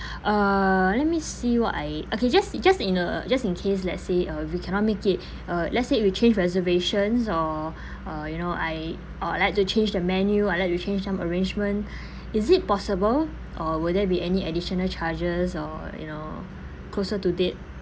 uh let me see what I okay just just in uh just in case let's say uh we cannot make it uh let's say we change reservations or uh you know I or I'd like to change the menu I like to change some arrangement is it possible or will there be any additional charges or you know closer to date